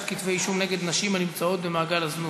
כתבי-אישום נגד נשים הנמצאות במעגל הזנות.